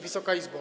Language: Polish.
Wysoka Izbo!